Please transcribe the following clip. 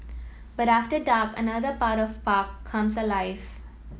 but after dark another part of park comes alive